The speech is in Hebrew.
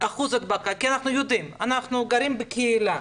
אחוז הדבקה, כי אנחנו יודעים, אנחנו גרים בקהילה,